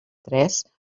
tres